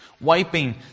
wiping